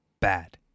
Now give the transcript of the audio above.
bad